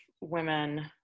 women